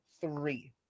three